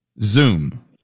Zoom